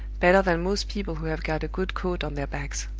better than most people who have got a good coat on their backs.